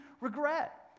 regret